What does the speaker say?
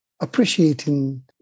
appreciating